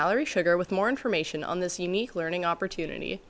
mallory sugar with more information on this unique learning opportunity